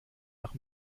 nach